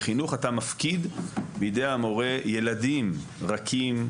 בחינוך אתה מפקיד בידי המורה ילדים רכים,